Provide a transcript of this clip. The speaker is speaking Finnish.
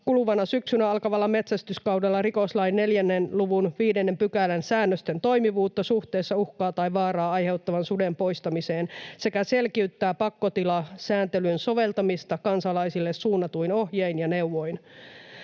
kuluvana syksynä alkavalla metsästyskaudella rikoslain 4 luvun 5 §:n säännösten toimivuutta suhteessa uhkaa tai vaaraa aiheuttavan suden poistamiseen sekä selkiyttää pakkotilasääntelyn soveltamista kansalaisille suunnatuin ohjein ja neuvoin.